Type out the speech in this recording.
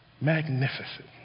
magnificent